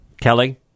Kelly